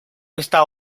esta